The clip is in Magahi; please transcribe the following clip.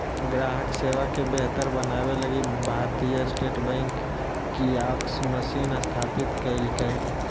ग्राहक सेवा के बेहतर बनाबे लगी भारतीय स्टेट बैंक कियाक्स मशीन स्थापित कइल्कैय